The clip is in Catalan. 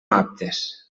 aptes